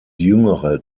jüngere